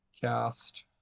cast